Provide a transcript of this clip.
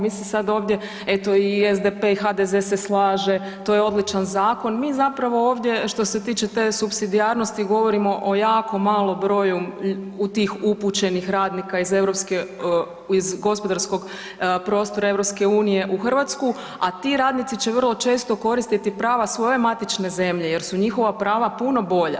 Mi se sada ovdje eto i SDP i HDZ se slaže, to je odličan zakon, mi zapravo ovdje što se tiče te supsidijarnosti govorimo o jako malom broju tih upućenih radnika iz gospodarskog prostora EU u Hrvatsku, a ti radnici će vrlo često koristiti prava svoje matične zemlje jer su njihova prava puno bolja.